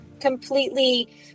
completely